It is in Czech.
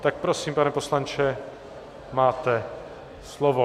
Tak prosím, pane poslanče, máte slovo.